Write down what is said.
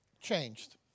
changed